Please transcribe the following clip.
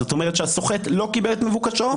זאת אומרת שהסוחט לא קיבל את מבוקשתו.